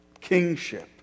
kingship